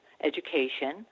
education